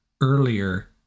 earlier